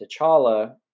T'Challa